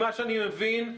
אני מבין,